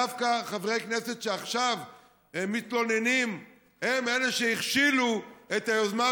דווקא חברי הכנסת שעכשיו מתלוננים הם שהכשילו את היוזמה,